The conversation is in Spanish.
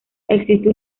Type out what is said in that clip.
existe